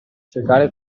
cercare